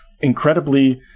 incredibly